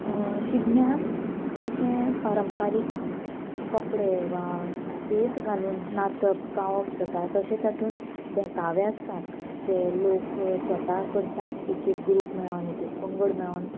शिगम्याक जशें पारंपारीक कपडे वा भेस घालून नाचप गावप जाता तशें तातूंत देखावे आसता जे लोक स्वता करतात एक एक ग्रूप मेळोन एक एक पंगड मेळोन